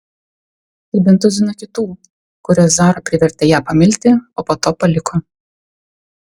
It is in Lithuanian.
ir bent tuziną kitų kuriuos zara privertė ją pamilti o po to paliko